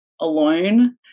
alone